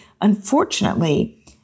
Unfortunately